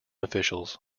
officials